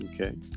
Okay